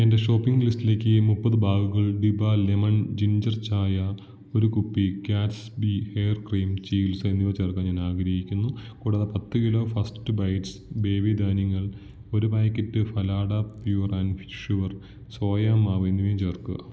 എന്റെ ഷോപ്പിംഗ് ലിസ്റ്റിലേക്ക് മുപ്പത് ബാഗുകൾ ഡിബ ലെമൺ ജിൻജർ ചായ ഒരു കുപ്പി ഗാറ്റ്സ്ബി ഹെയർ ക്രീം ചികിത്സ എന്നിവ ചേർക്കാൻ ഞാൻ ആഗ്രഹിക്കുന്നു കൂടാതെ പത്ത് കിലോ ഫസ്റ്റ് ബൈറ്റ്സ് ബേബി ധാന്യങ്ങൾ ഒരു packet Phalada pure and sure soya മാവ് എന്നിവയും ചേർക്കുക